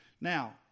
Now